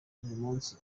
munsi